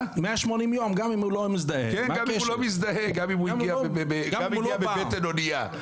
גם אם הוא לא מזדהה, גם אם הוא הגיע בבטן אונייה.